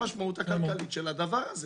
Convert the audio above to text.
של הדבר הזה?